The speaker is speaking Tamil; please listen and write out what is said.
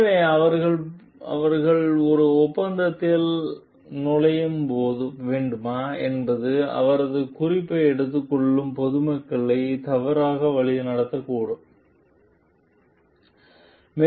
எனவே அவர்கள் போன்ற ஒரு ஒப்பந்தத்தில் அவள் நுழைய வேண்டுமா என்பது அவரது குறிப்பை எடுத்துக் கொள்ளும் பொதுமக்களை தவறாக வழிநடத்தக்கூடாது